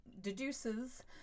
deduces